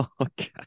Okay